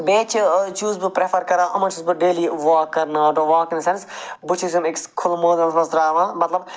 بیٚیہِ چھِ چھُس بہٕ پرٛٮ۪فَر کران یِمَن چھُس بہٕ ڈیلی واک کرناوان the walk in the sense بہٕ چھُس یِم أکِس کھُلہٕ مٲدانَس مَنٛز ترٛاوان مَطلَب